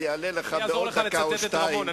וזה יעלה לך בעוד דקה או שתיים.